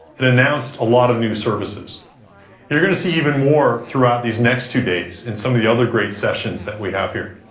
and announced a lot of new services and we're going to see even more throughout these next two days in some of the other great sessions that we have here.